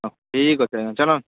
ଠିକ ଅଛେ ଚାଲୁନ